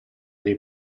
dei